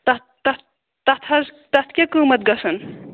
تَتھ تَتھ تَتھ حظ تَتھ کیٛاہ قۭمتھ گژھان